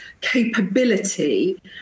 capability